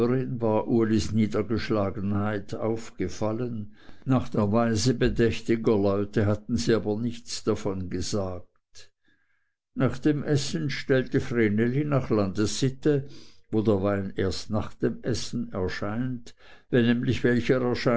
niedergeschlagenheit aufgefallen nach der weise bedächtiger leute hatten sie aber nichts davon gesagt nach dem essen stellte vreneli nach landessitte wo der wein erst nach dem essen erscheint wenn nämlich welcher